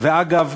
אגב,